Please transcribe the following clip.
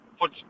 put